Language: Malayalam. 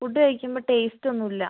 ഫുഡ് കഴിക്കുമ്പം ടേസ്റ്റ് ഒന്നും ഇല്ല